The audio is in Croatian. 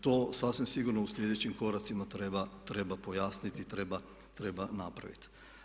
TO sasvim sigurno u sljedećim koracima treba pojasniti, treba napraviti.